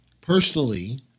personally